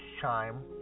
chime